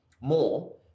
more